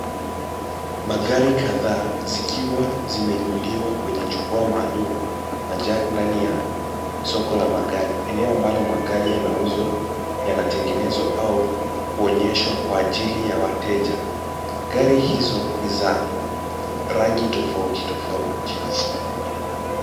Magari kadhaa zikiwa zimeinuliwa kwenye jukwaa maalum na jerk ndani ya soko la magari, eneo ambalo magari yanauzwa, yanatengenezwa au kuonyeshwa kwa ajili ya wateja. Gari hizo ni za rangi tofauti tofauti.